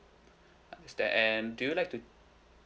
understand and do you like to